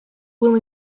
will